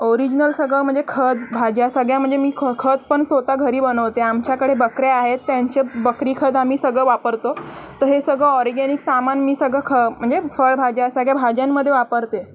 original सगळं म्हणजे खत भाज्या सगळ्या म्हणजे मी ख खत पण स्वत घरी बनवते आमच्याकडे बकऱ्या आहेत त्यांचे बकरी खत आम्ही सगळं वापरतो तर हे सगळं ऑरगॅनिक सामान मी सगळं ख म्हणजे फळभाज्या सगळ्या भाज्यांमध्ये वापरते